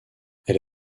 elle